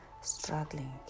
struggling